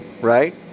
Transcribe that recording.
right